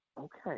Okay